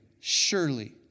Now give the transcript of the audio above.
Surely